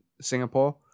Singapore